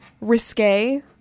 risque